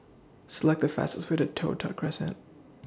Select The fastest Way to Toh Tuck Crescent